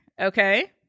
Okay